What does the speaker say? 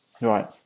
Right